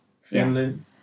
Finland